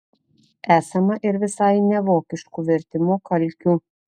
esama ir visai nevokiškų vertimo kalkių